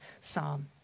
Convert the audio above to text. psalm